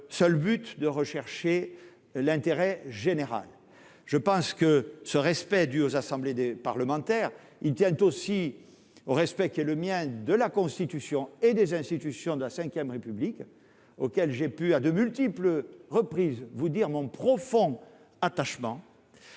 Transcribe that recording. seul but de rechercher l'intérêt général, je pense que ce respect dû aux assemblées de parlementaires, il tient aussi au respect qui est le mien de la Constitution et des institutions de la Ve République, auquel j'ai pu, à de multiples reprises vous dire mon profond attachement.